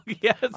yes